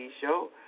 show